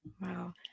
Wow